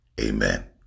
Amen